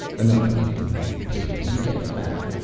enough eating, you pigs. you get fat.